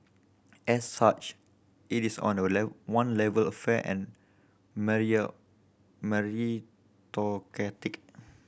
as such it is on a one level fair and meritocratic